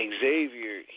Xavier